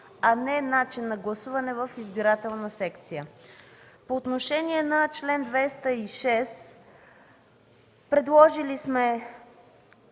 а не „Начин на гласуване в избирателната секция”. По отношение на чл. 206 сме предложили да